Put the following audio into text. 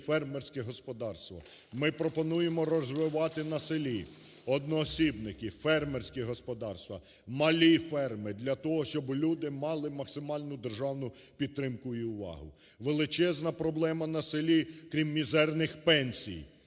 Ми пропонуємо розвивати на селі одноосібників, фермерські господарства, малі ферми, для того щоби люди мали максимальну державну підтримку і увагу. Величезна проблема на селі, крім мізерних пенсій